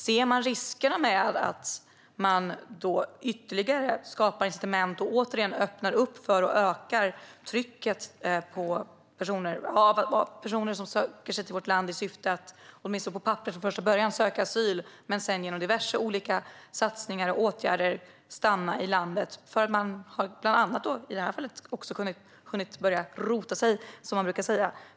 Ser man riskerna med att man skapar incitament och öppnar för att öka trycket av personer som söker sig till vårt land för att först på papperet söka asyl men sedan genom dessa olika satsningar och åtgärder få stanna i landet för att de har hunnit börja rota sig, som man brukar säga?